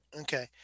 Okay